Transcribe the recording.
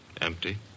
Empty